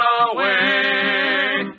away